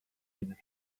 d’une